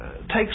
takes